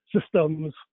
systems